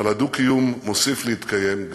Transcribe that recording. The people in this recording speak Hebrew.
אבל הדו-קיום מוסיף להתקיים,